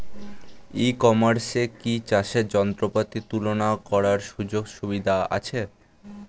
ই কমার্সে কি চাষের যন্ত্রপাতি তুলনা করার সুযোগ সুবিধা আছে?